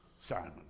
Simon